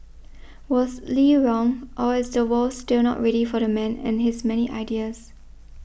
was Lee wrong or is the world still not ready for the man and his many ideas